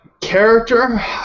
Character